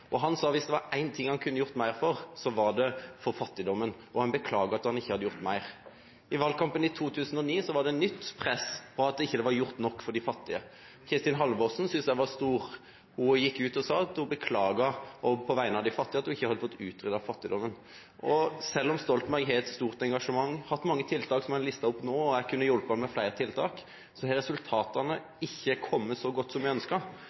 Han sa at hvis det var én ting han kunne gjort mer for, var det fattigdommen, og han beklaget at han ikke hadde gjort mer. I valgkampen i 2009 var det nytt press på at det ikke var gjort nok for de fattige. Kristin Halvorsen var stor, synes jeg – hun gikk ut og beklaget på vegne av de fattige at hun ikke hadde fått utryddet fattigdommen. Selv om Stoltenberg har et stort engasjement og har hatt mange tiltak, som han har listet opp nå – og jeg kunne ha hjulpet ham med flere tiltak – har ikke resultatene vært så gode som vi